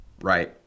right